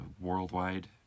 worldwide